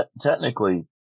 Technically